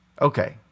okay